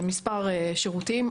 מספר שירותים,